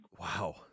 wow